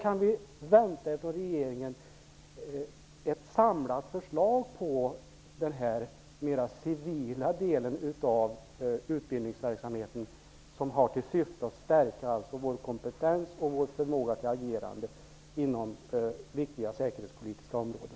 Kan vi förvänta oss att regeringen presenterar ett samlat förslag avseende den mer civila delen av utbildningsverksamheten som har till syfte att stärka vår kompetens och vår förmåga till agerande inom viktiga säkerhetspolitiska områden?